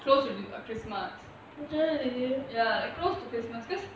close to christmas close to christmas because